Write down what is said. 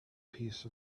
piece